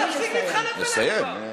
לפחות אני